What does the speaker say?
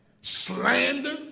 slander